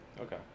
Okay